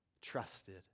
trusted